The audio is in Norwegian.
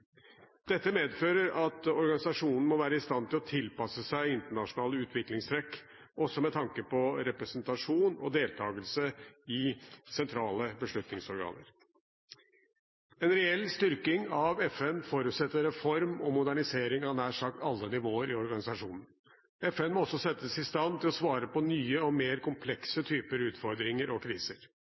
Dette medfører at organisasjonen må være i stand til å tilpasse seg internasjonale utviklingstrekk, også med tanke på representasjon og deltagelse i de sentrale beslutningsorganer. En reell styrking av FN forutsetter reform og modernisering av nær sagt alle nivåer i organisasjonen. FN må også settes i stand til å svare på nye og mer komplekse typer utfordringer og kriser.